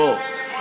אמרת לסתיו,